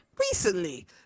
recently